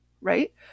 right